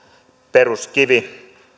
peruskivi